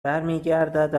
برمیگردد